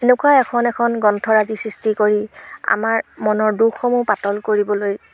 এনেকুৱা এখন এখন গ্ৰন্থৰাজি সৃষ্টি কৰি আমাৰ মনৰ দুখসমূহ পাতল কৰিবলৈ